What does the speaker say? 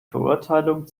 verurteilung